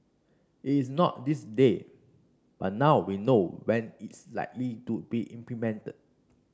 it's not this day but now we know when it's likely to be implemented